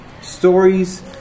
stories